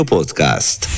Podcast